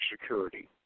security